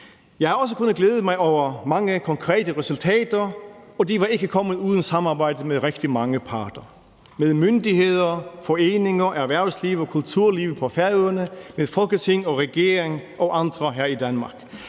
Jeg har også kunnet glæde mig over mange konkrete resultater, og de var ikke kommet uden et samarbejdet med rigtig mange parter, med myndigheder, foreninger, erhvervsliv og kulturliv på Færøerne, med Folketinget og regeringen og andre her i Danmark.